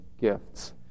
gifts